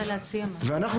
ואנחנו